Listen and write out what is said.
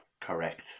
Correct